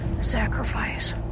sacrifice